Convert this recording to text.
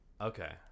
okay